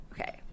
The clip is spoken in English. Okay